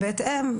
בהתאם,